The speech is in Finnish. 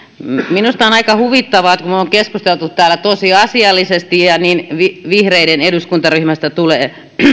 minusta on aika huvittavaa että kun me olemme keskustelleet täällä tosi asiallisesti niin vihreiden eduskuntaryhmästä tulee